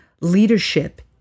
leadership